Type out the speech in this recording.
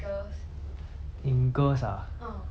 为什么要看 personality 的这样奇怪